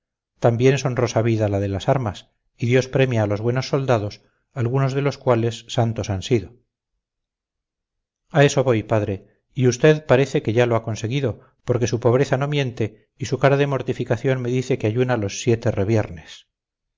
también es honrosa vida la de las armas y dios premia a los buenos soldados algunos de los cuales santos han sido a eso voy padre y usted parece que ya lo ha conseguido porque su pobreza no miente y su cara de mortificación me dice que ayuna los siete reviernes